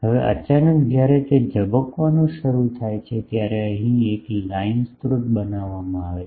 હવે અચાનક જ્યારે તે ઝબકવાનું શરૂ થાય છે ત્યારે અહીં એક લાઇન સ્રોત બનાવવામાં આવે છે